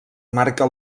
marca